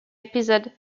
episode